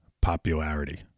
popularity